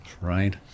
right